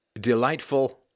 delightful